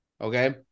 okay